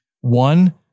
one